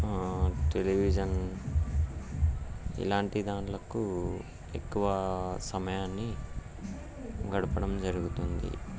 television ఇలాంటి దానికి ఎక్కువ సమయాన్ని గడపడం జరుగుతుంది